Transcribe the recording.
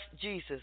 Jesus